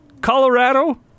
Colorado